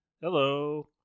Hello